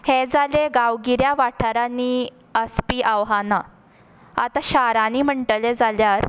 हें जालें गांवगिऱ्या वाठारांनी आसपी आव्हानां आतां शारानी म्हणटले जाल्यार